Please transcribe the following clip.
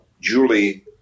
Julie